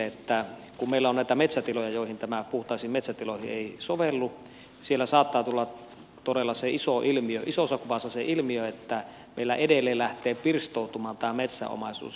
kun meillä on metsätiloja joihin tämä puhtaisiin metsätiloihin ei sovellu siellä saattaa tulla todella isossa kuvassa se ilmiö että meillä edelleen lähtee pirstoutumaan tämä metsäomaisuus